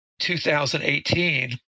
2018